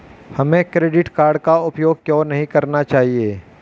हमें credit card का उपयोग क्यों नहीं करना चाहिए?